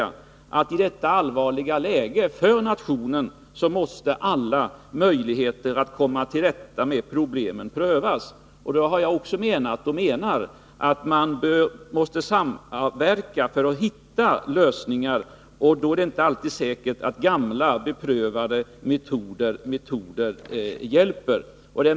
I detta för nationen allvarliga läge måste alla möjligheter att komma till rätta med problemen prövas. Därför menar jag att man måste samverka för att hitta lösningar. Då är det inte alltid säkert att gamla beprövade metoder hjälper.